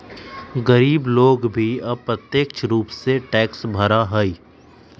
गरीब लोग भी अप्रत्यक्ष रूप से टैक्स भरा हई